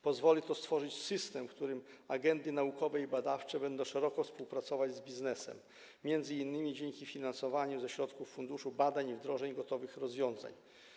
Pozwoli to stworzyć system, w którym agendy naukowe i badawcze będą szeroko współpracować z biznesem m.in. dzięki finansowaniu ze środków funduszu badań i wdrożeń gotowych rozwiązań.